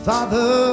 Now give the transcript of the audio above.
Father